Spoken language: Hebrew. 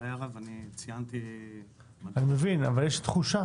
יש תחושה